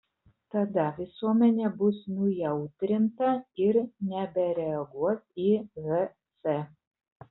tada visuomenė bus nujautrinta ir nebereaguos į hs